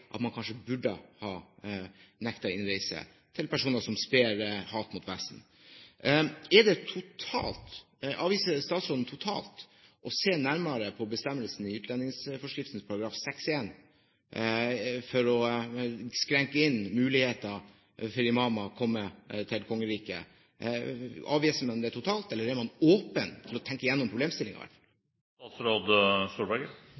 og man vil ofte i etterpåklokskapens lys kunne se at man kanskje burde ha nektet innreise for personer som sprer hat mot Vesten. Avviser statsråden totalt å se nærmere på bestemmelsen i utlendingsforskriften § 6-1 for å innskrenke muligheter for imamer til å komme til kongeriket? Avviser man det totalt, eller er man åpen for å tenke